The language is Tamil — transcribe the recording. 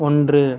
ஒன்று